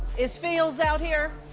is fields out here?